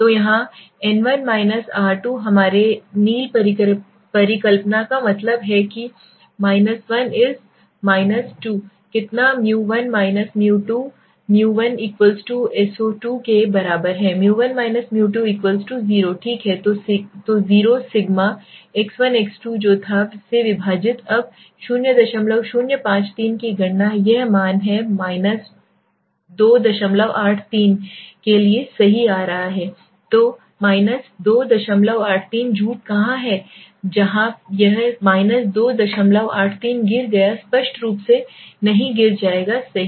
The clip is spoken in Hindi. तो यहाँn1 our2हमारे नील परिकल्पना का मतलब है कि 1 is2कितनाµ1 µ2µ1so2 के बराबरहैμ1 μ2 0 ठीक है तो 0 सिग्मा x1x2 जो था से विभाजित अब 0053 की गणना यह मान है 283 के लिए सही आ रहा है तो 283 झूठ कहाँ है जहां यह 283 गिर गया स्पष्ट रूप से नहीं गिर जाएगा सही